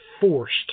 forced